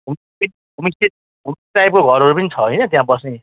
homestay homestay homestay टाइपको घरहरू पनि छ होइन त्यहाँ बस्ने